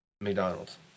McDonald's